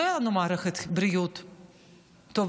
לא תהיה לנו מערכת בריאות טובה.